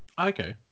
okay